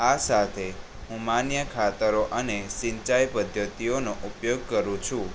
આ સાથે હું માન્ય ખાતરો અને સિંચાઈ પદ્ધતિઓનો ઉપયોગ કરું છું